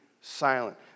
silent